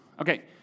Okay